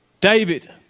David